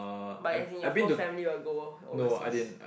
but is in your whole family will go overseas